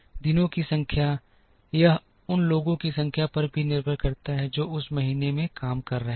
दिनों की संख्या यह उन लोगों की संख्या पर भी निर्भर करता है जो उस महीने में काम कर रहे हैं